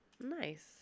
nice